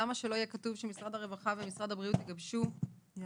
למה שלא יהיה כתוב שמשרד הרווחה ומשרד הבריאות יגבשו במשותף